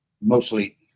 mostly